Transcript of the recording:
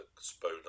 spoon